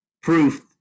proof